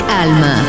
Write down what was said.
Alma